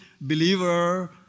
believer